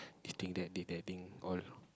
you think that detecting all